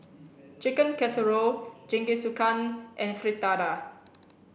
Chicken Casserole Jingisukan and Fritada